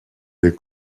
des